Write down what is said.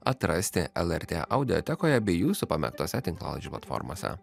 atrasti lrt audiotekoje bei jūsų pamėgtose tinklalaidžių platformose